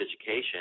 education